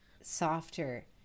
softer